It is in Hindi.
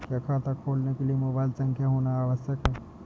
क्या खाता खोलने के लिए मोबाइल संख्या होना आवश्यक है?